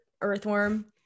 earthworm